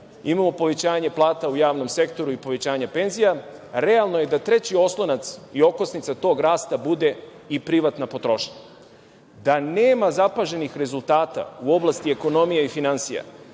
imamo povećanje plata u javnom sektoru i povećanje penzija, realno je da treći oslonac i okosnica tog rasta bude i privatna potrošnja. Da nema zapaženih rezultata u oblasti ekonomije i finansija,